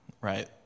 right